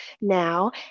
now